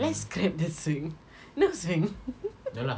let's scrap the swing no swing